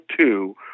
two